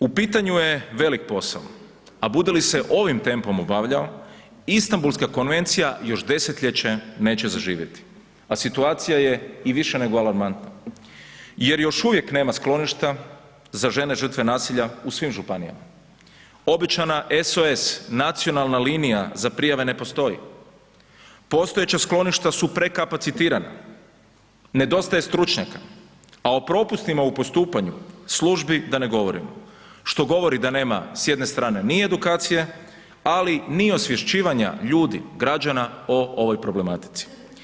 U pitanju je velik posao, a bude li se ovim tempom obavljao, Istambulska konvencija još desetljeće neće zaživjeti, a situacija je i više nego alarmantna jer još uvijek nema skloništa za žene žrtve nasilja u svim županijama, obećana SOS nacionalna linija za prijave ne postoji, postojeća skloništa su prekapacitirana, nedostaje stručnjaka, a o propustima u postupanju službi da ne govorimo, što govori da nema s jedne strane ni edukacije, ali ni osvješćivanja ljudi, građana o ovoj problematici.